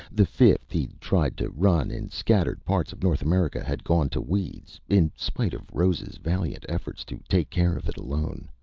the fifth he'd tried to run in scattered parts of north america, had gone to weeds in spite of rose's valiant efforts to take care of it alone.